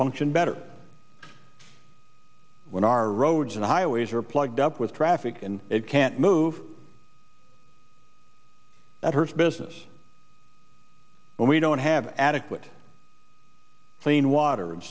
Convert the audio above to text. function better when our roads and highways are plugged up with traffic and it can't move that hurts business when we don't have adequate clean water and